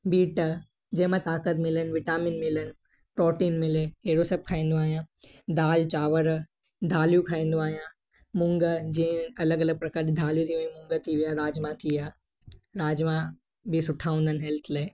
beet जंहिंमां ताकतु मिलन विटामिन मिलन प्रोटीन मिले अहिड़ो सभु खाईंदो आहियां दालि चांवर दालियूं खाईंदो आहियां मूंङ जी अलॻि अलॻि प्रकार जी दालियूं थी वियूं मूंङ थी विया राजमा थी विया राजमा बि सुठा हूंदा आहिनि हैल्थ लाइ